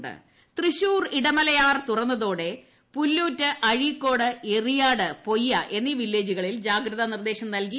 ടടട മഴ തൃശ്ശൂർ തൃശ്ശൂർ ഇടമലയാർ തുറന്ന തോടെ പുല്ലൂറ്റ് അഴിക്കോട് എറിയാട് പൊയ്യ എന്നീ വില്ലേജുകളിൽ ജാഗ്രത്യി നീർദ്ദേശം നൽകി